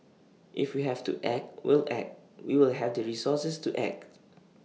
if we have to act we'll act we will have the resources to act